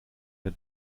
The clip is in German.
der